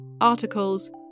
articles